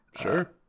Sure